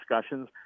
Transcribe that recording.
discussions